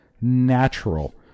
natural